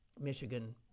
Michigan